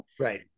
right